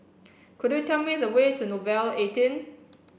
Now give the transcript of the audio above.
could you tell me the way to Nouvel eighteen